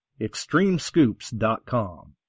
Extremescoops.com